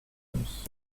réponses